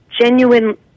genuine